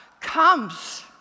comes